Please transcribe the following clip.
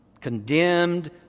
Condemned